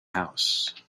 house